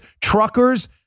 truckers